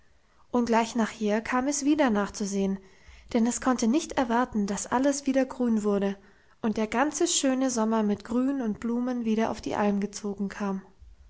und gleich nachher kam es wieder nachzusehen denn es konnte nicht erwarten dass alles wieder grün wurde und der ganze schöne sommer mit grün und blumen wieder auf die alm gezogen kam